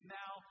now